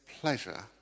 pleasure